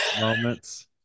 moments